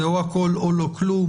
זה או הכול או לא כלום